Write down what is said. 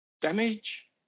Damage